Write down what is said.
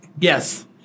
Yes